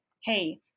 hey